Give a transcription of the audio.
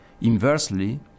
Inversely